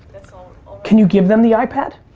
that's all can you give them the ipad?